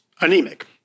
anemic